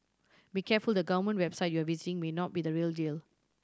be careful the government website you are visiting may not be the real deal